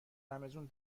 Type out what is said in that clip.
رمضون